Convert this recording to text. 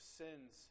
sins